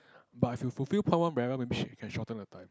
but if we fulfilled point one very well maybe she can shorten the time